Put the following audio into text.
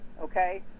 Okay